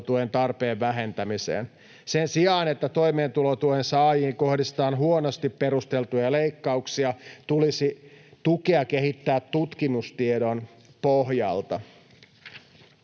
tarpeen vähentämiseen. Sen sijaan, että toimeentulotuen saajiin kohdistetaan huonosti perusteltuja leikkauksia, tulisi tukea kehittää tutkimustiedon pohjalta.